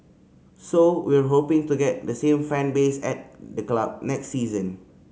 so we're hoping to get the same fan base at the club next season